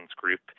group